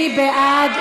מי בעד?